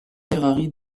ferrari